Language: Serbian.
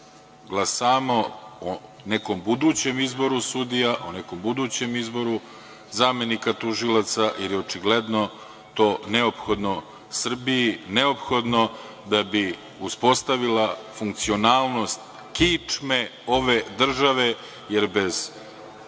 glasamo o nekom budućem izboru sudija, o nekom budućem izboru zamenika tužilaca, jer je očigledno to neophodno Srbiji, neophodno da bi uspostavila funkcionalnost kičme ove države, jer bez